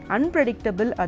Unpredictable